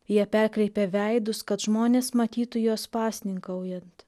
jie perkreipia veidus kad žmonės matytų juos pasninkaujant